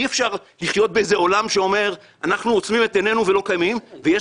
אי-אפשר לחיות בעולם שבו אנחנו עוצמים עיננו ולא --- ויש